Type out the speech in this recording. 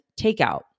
takeout